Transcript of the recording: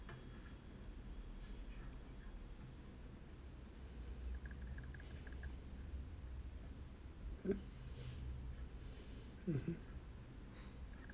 mmhmm